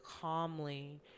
calmly